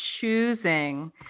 choosing